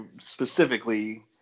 specifically